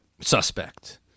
Suspect